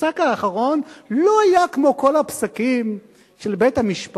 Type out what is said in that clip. הפסק האחרון לא היה כמו כל הפסקים של בית-המשפט